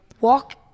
walk